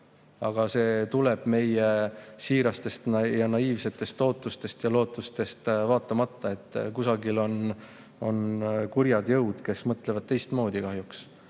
aga see tuleb meie siirastele naiivsetele ootustele ja lootustele vaatamata, sest kusagil on kurjad jõud, kes mõtlevad teistmoodi, kahjuks.